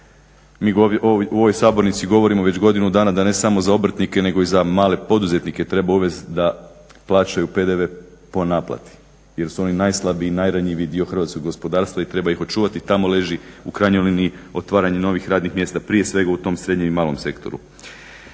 Mi u ovoj sabornici govorimo već godinu dana da ne samo za obrtnike nego i za male poduzetnike treba uvest da plaćaju PDV po naplati jer su oni najslabiji i najranjiviji dio hrvatskog gospodarstva i treba ih očuvati. Tamo ležimo u krajnjoj liniji otvaranje novih radnih mjesta, prije svega u tom srednjem i malom sektoru.